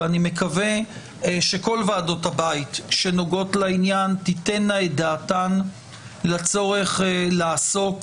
ואני מקווה שכל ועדות הבית שנוגעות לעניין תיתנה את דעתן לצורך לעסוק